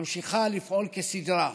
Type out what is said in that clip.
ממשיכה לפעול כסדרה.